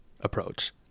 approach